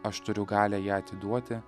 aš turiu galią ją atiduoti